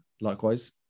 likewise